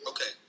Okay